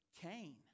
Cain